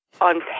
on